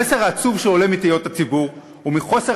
המסר העצוב שעולה מתהיות הציבור ומחוסר